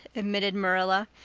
admitted marilla,